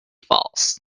false